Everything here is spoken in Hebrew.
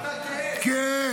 אתה גאה?